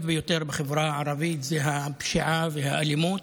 ביותר בחברה הערבית הוא הפשיעה והאלימות.